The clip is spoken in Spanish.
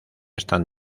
están